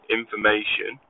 information